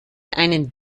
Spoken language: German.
einen